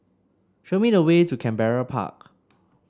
show me the way to Canberra Park